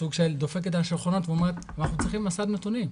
סוג של דופקת על שולחנות ואומרת: אנחנו צריכים מסד נתונים.